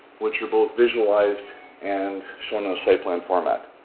which are both visualized and shown on a site plan format.